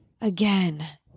Again